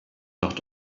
dot